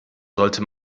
sollte